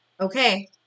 Okay